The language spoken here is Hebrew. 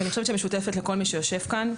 ואני חושבת שהיא משותפת לכל היושבים כאן,